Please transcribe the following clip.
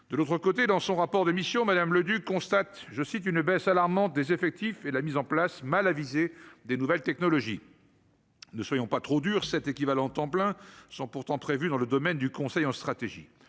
de l'autre côté, dans son rapport de mission Madame Leduc, constate, je cite une baisse alarmante des effectifs et la mise en place mal avisé des nouvelles technologies. Ne soyons pas trop dur 7 équivalents temps plein sont pourtant prévue dans le domaine du conseil en stratégie